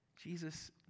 Jesus